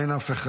אין אף אחד.